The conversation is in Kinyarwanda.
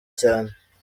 cyane